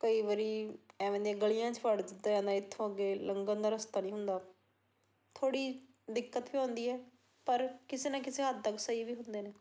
ਕਈ ਵਾਰੀ ਐਵੇਂ ਦੀਆਂ ਗਲੀਆਂ 'ਚ ਵੜ ਦਿੱਤਾ ਜਾਂਦਾ ਜਿੱਥੋਂ ਅੱਗੇ ਲੰਘਣ ਦਾ ਰਸਤਾ ਨਹੀਂ ਹੁੰਦਾ ਥੋੜ੍ਹੀ ਦਿੱਕਤ ਵੀ ਆਉਂਦੀ ਹੈ ਪਰ ਕਿਸੇ ਨਾ ਕਿਸੇ ਹੱਦ ਤੱਕ ਸਹੀ ਵੀ ਹੁੰਦੇ ਨੇ